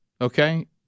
Okay